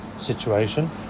Situation